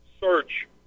search